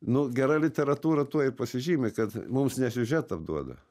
nu gera literatūra tuo ir pasižymi kad mums ne siužetą duoda